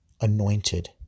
anointed